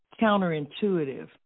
counterintuitive